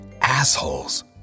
assholes